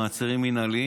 במעצרים מינהליים,